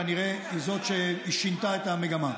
כנראה זה מה ששינה את המגמה.